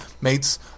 mates